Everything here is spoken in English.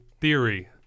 theory